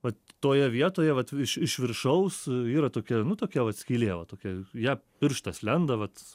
vat toje vietoje vat iš iš viršaus yra tokia nu tokia vat skylė va tokia į ją pirštas lenda vat